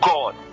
God